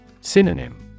Synonym